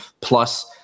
plus